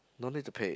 no need to pay